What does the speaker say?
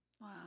Wow